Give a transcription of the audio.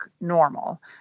normal